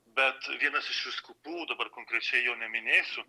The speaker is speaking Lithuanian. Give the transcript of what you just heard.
bet vienas iš vyskupų dabar konkrečiai jo neminėsiu